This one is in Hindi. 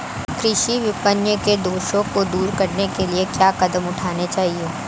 कृषि विपणन के दोषों को दूर करने के लिए क्या कदम उठाने चाहिए?